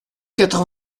quatre